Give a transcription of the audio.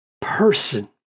person